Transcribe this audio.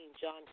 John